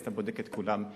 אתה בודק את כולם יחד,